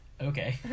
okay